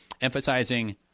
Emphasizing